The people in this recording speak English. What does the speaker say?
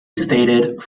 stated